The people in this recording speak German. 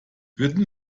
würden